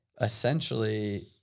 essentially